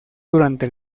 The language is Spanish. durante